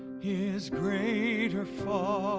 is greater far